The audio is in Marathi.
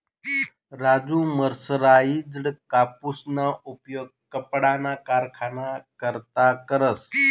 राजु मर्सराइज्ड कापूसना उपयोग कपडाना कारखाना करता करस